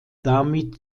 damit